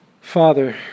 Father